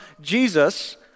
Jesus